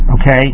Okay